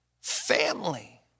family